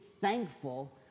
thankful